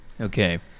Okay